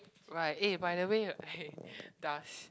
right eh by the way hey does